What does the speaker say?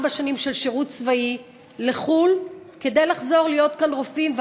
ארבע שנים של שירות צבאי לחו"ל כדי לחזור להיות כאן רופאים,